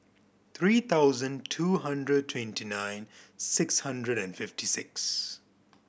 three thousand two hundred twenty nine six hundred and fifty six